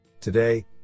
Today